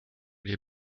les